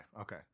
Okay